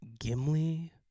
gimli